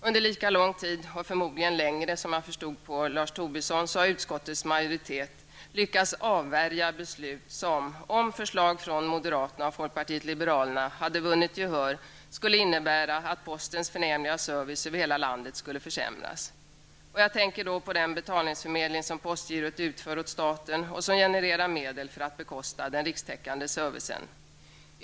Under lika lång tid och förmodligen längre, som jag kunde förstå av Lars Tobisson, har utskottets majoritet lyckats avvärja beslut som -- om förslag från moderaterna och folkpartiet liberalerna hade vunnit gehör -- skulle ha inneburit att postens förnämliga service över hela landet skulle ha försämrats. Jag tänker då på den betalningsförmedling som postgirot utför åt staten och som genererar medel för att bekosta den rikstäckande servicen.